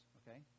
okay